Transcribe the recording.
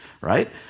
right